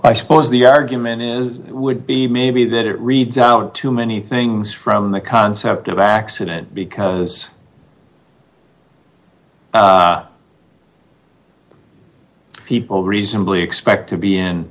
i suppose the argument is would be maybe that it read too many things from the concept of accident because those people reasonably expect to be